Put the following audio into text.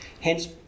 Hence